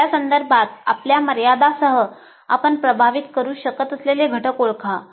आपल्या संदर्भात आपल्या मर्यादांसह आपण प्रभावित करू शकत असलेले घटक ओळखा